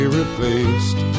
replaced